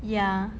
ya